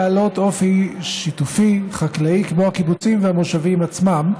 בעלות אופי שיתופי-חקלאי כמו הקיבוצים והמושבים עצמם.